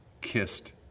kissed